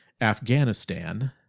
Afghanistan